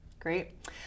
Great